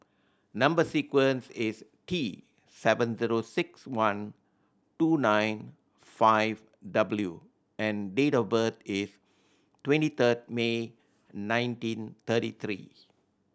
number sequence is T seven zero six one two nine five W and date of birth is twenty third May nineteen thirty three